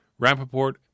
Rappaport